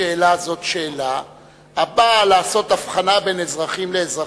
אני ראיתי בשאלה זו שאלה הבאה לעשות הבחנה בין אזרחים לאזרחים.